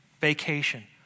vacation